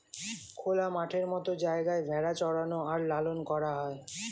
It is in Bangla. খোলা মাঠের মত জায়গায় ভেড়া চরানো আর লালন করা হয়